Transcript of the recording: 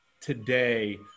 today